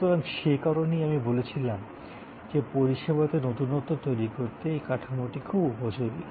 সুতরাং সে কারণেই আমি বলেছিলাম যে পরিষেবাতে নতুনত্ব তৈরি করতে এই কাঠামোটি খুব উপযোগী